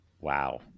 wow